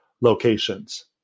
locations